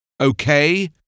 Okay